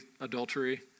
adultery